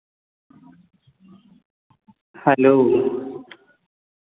hello